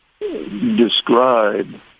describe